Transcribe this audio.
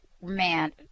man